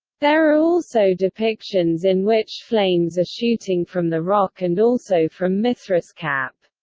there are also depictions in which flames are shooting from the rock and also from mithras' cap.